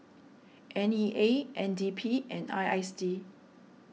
N E A N D P and I S D